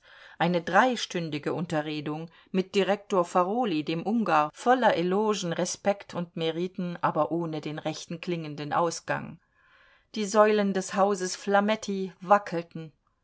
eine dreistündige unterredung mit direktor farolyi dem ungar voller elogen respekt und meriten aber ohne den rechten klingenden ausgang die säulen des hauses flametti wackelten